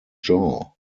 jaw